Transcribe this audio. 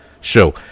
show